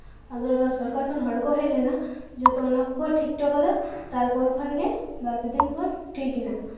ᱟᱫᱚ ᱱᱚᱣᱟ ᱥᱚᱨᱠᱟᱨ ᱠᱷᱚᱱ ᱦᱚᱲᱠᱚ ᱦᱮᱡ ᱞᱮᱱᱟ ᱡᱚᱛᱚ ᱚᱱᱟ ᱠᱚᱠᱚ ᱴᱷᱤᱠ ᱦᱚᱴᱚ ᱠᱟᱫᱟ ᱛᱟᱨᱯᱚᱨ ᱠᱷᱚᱱᱜᱮ ᱵᱟᱨ ᱯᱮ ᱫᱤᱱ ᱯᱚᱨ ᱴᱷᱤᱠ ᱮᱱᱟ